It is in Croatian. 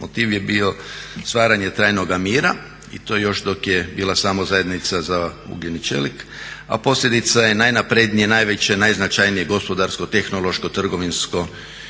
Motiv je bio stvaranje trajnoga mira i to još dok je bila samo zajednica za ugljen i čelik, a posljedica je najnaprednije, najveće, najznačajnijeg gospodarsko-tehnološko-trgovinsko